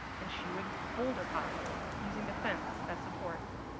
and she would boulder hop using the fence as support.